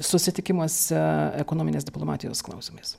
susitikimuose ekonominės diplomatijos klausimais